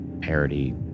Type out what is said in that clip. parody